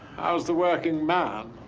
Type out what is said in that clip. how's the working man?